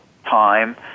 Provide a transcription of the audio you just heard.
time